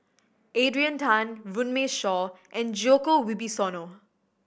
Adrian Tan Runme Shaw and Djoko Wibisono